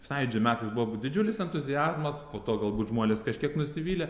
sąjūdžio metais buvo didžiulis entuziazmas po to galbūt žmonės kažkiek nusivylė